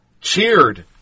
cheered